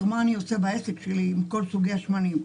מה אני עושה בעסק שלי עם כל סוגי השמנים.